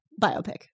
biopic